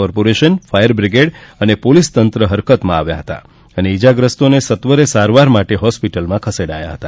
corporation અને fire brigade તથા police તંત્ર હરકતમાં આવ્યા હતા અને ઈજાગ્રસ્તોને સત્વરે સારવાર માટે હોસ્પિટલમાં ખસેડાયા હતા